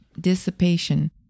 dissipation